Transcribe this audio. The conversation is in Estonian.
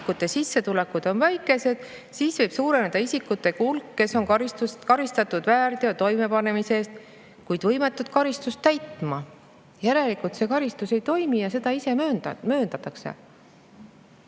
ja isikute sissetulekud on väikesed, siis võib suureneda isikute hulk, keda on karistatud väärteo toimepanemise eest, kuid kes on võimetud [trahvi maksma]. Järelikult see karistus ei toimi, ja seda ka mööndakse.